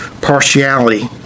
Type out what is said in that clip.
partiality